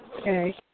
Okay